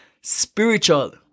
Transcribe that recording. spiritual